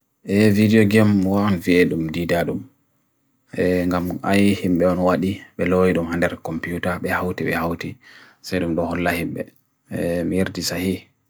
A video gam mwaan fiyedum didadum Anga mung aihimbe onwadi Belawidum hander a computer, behauti, behauti Serum do hola himbe Mirti sahi